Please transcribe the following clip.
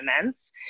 immense